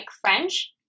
French